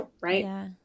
right